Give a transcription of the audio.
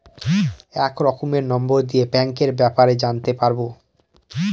এক রকমের নম্বর দিয়ে ব্যাঙ্কের ব্যাপারে জানতে পারবো